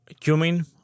cumin